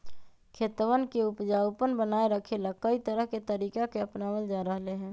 खेतवन के उपजाऊपन बनाए रखे ला, कई तरह के तरीका के अपनावल जा रहले है